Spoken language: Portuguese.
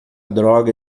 droga